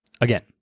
Again